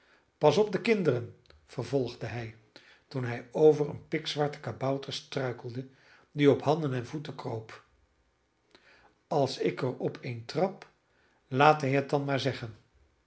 pas op de kinderen vervolgde hij toen hij over een pikzwarten kabouter struikelde die op handen en voeten kroop als ik er op een trap laat hij het dan maar zeggen